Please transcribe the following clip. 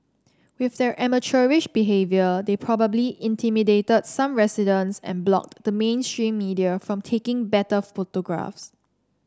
with their amateurish behaviour they probably intimidated some residents and blocked the mainstream media from taking better photographs